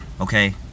Okay